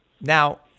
Now